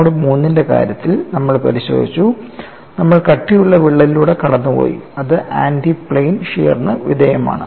mode III ന്റെ കാര്യത്തിൽ നമ്മൾ പരിശോധിച്ചു നമ്മൾ കട്ടിയുള്ള വിള്ളലിലൂടെ കടന്നുപോയി അത് ആന്റി പ്ലെയിൻ ഷിയറിന് വിധേയമാണ്